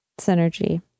synergy